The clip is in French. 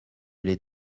les